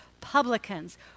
publicans